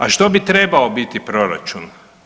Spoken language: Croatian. A što bi trebao biti proračun?